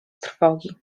trwogi